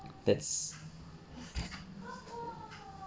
that's